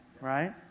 right